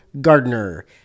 Gardner